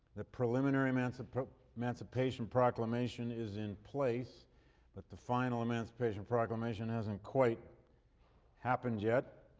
the preliminary emancipation emancipation proclamation is in place but the final emancipation proclamation hasn't quite happened yet.